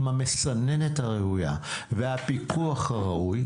עם המסננת הראויה והפיקוח הראוי?